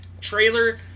trailer